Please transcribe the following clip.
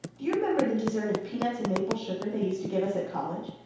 do you remember the dessert of peanuts and maple sugar they used to give us at college?